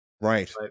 Right